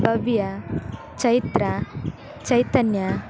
Bhavya Chaitra Chaitanya